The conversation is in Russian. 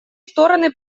стороны